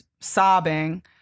sobbing